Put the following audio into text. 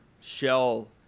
shell